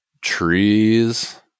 trees